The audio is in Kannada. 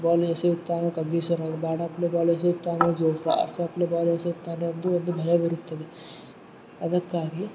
ಬಾಲ್ ಎಸೆಯುತ್ತಾನೋ ಕಗಿಸೋ ರಬಾಡಾ ಪ್ಲೇ ಬಾಲ್ ಎಸೆಯುತ್ತಾನೋ ಜೊಫ್ರಾ ಆರ್ಚರ್ ಪ್ಲೇ ಬಾಲ್ ಎಸೆಯುತ್ತಾನೋ ಎಂದು ಒಂದು ಭಯವಿರುತ್ತದೆ ಅದಕ್ಕಾಗಿ